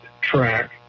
track